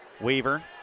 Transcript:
Weaver